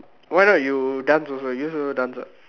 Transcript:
why not you dance also you used to do dance what